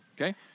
Okay